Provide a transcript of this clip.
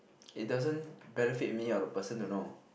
it doesn't benefit me or the person to know